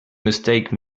mistake